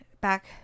back